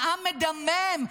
העם מדמם.